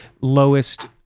lowest